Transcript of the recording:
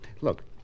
Look